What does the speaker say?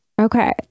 Okay